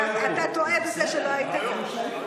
אתה טועה בזה שלא היית כאן.